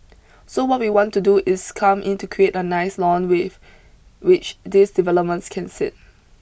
so what we want to do is come in to create a nice lawn with which these developments can sit